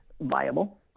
viable